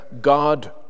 God